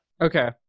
Okay